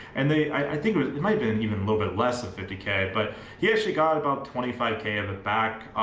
and they i think it was it might have been even little bit less than fifty k, but he actually got about twenty five k in the back.